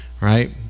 Right